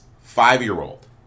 five-year-old